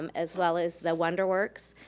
um as well as the wonder works,